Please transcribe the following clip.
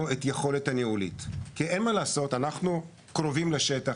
את היכולת הניהולית כי אנחנו קרובים לשטח,